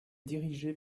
dirigée